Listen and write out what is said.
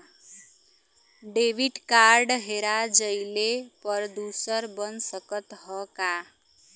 Debit card हेरा जइले पर दूसर बन सकत ह का?